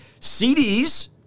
CDs